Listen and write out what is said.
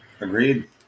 Agreed